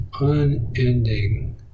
unending